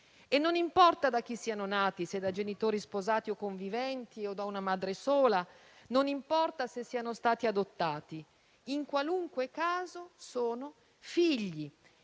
Non importa da chi siano nati: se da genitori sposati o conviventi o da una madre sola; non importa se siano stati adottati. In qualunque caso, sono figli